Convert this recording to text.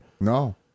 No